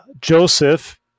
Joseph